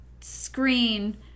screen